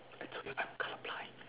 I told you I'm colour blind